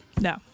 no